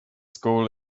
school